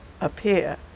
appear